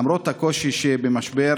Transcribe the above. למרות הקושי שבמשבר